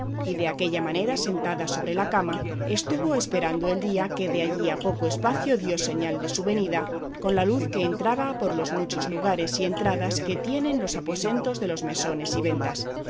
y de aquella manera sentada sobre la cama estuvo esperando el día que de allí a poco espacio dio señal de su venida con la luz que entraba por los muchos lugares y entradas que tienen los aposentos de los mesones y ventas